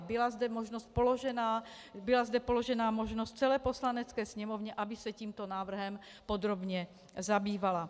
Byla zde možnost položena, byla zde položena možnost celé Poslanecké sněmovně, aby se tímto návrhem podrobně zabývala.